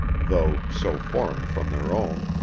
though so foreign from their own.